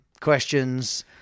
questions